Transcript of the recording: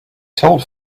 told